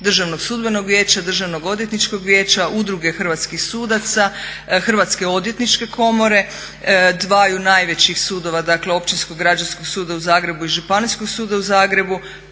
Državnog sudbenog vijeća, Državnog odvjetničkog vijeća, Udruge hrvatskih sudaca, Hrvatske odvjetničke komore, dvaju najvećih sudova, dakle Općinskog građanskog suda u Zagrebu i Županijskog suda u Zagrebu,